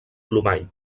plomall